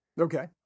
Okay